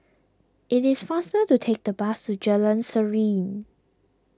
it is faster to take the bus to Jalan Serene